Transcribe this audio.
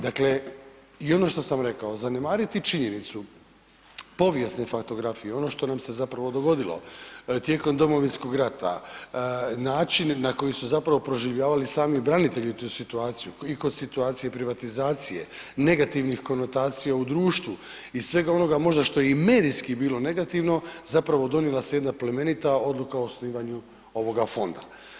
Dakle, i ono što sam rekao, zanemariti činjenicu povijesne faktografije, ono što nam se zapravo dogodilo tijekom Domovinskog rata, način na koji su zapravo proživljavali sami branitelji tu situaciju i kod situacije privatizacije, negativnih konotacija u društvu i svega onoga možda što je i medijski bilo negativno zapravo donijela se jedna plemenita odluka o osnivanju ovoga fonda.